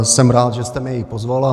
Jsem rád, že jste mě i pozvala.